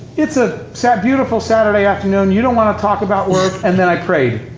it's a so beautiful saturday afternoon, you don't want to talk about work, and then i prayed.